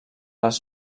les